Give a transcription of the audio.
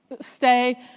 stay